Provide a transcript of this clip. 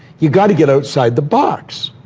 you got to get outside the box.